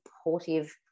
supportive